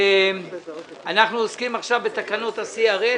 אנחנו עוסקים עכשיו בתקנות ה-CRS,